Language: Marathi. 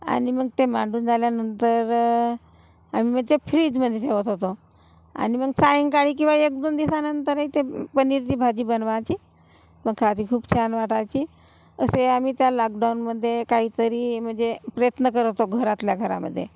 आणि मग ते मांडून झाल्यानंतर आम्ही ते फ्रिजमधे ठेवत होतो आणि मग सायंकाळी किंवा एक दोन दिवसानंतरही ते पनीरची भाजी बनवायची मग खायची खूप छान वाटायची असे आम्ही त्या लाकडाऊनमध्ये काहीतरी म्हणजे प्रयत्न करत होतो घरातल्या घरामधे